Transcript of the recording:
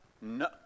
No